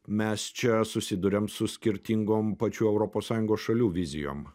mes čia susiduriam su skirtingom pačių europos sąjungos šalių vizijom